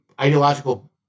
ideological